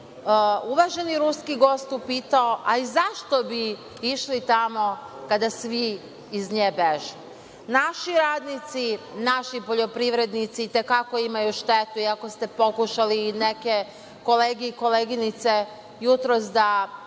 uvaženi ruski gost upitao, a i zašto bi išli tamo kada svi iz nje beže. Naši radnici, naši poljoprivrednici, i te kako imaju štete. I ako ste pokušali neke kolege i koleginice jutros da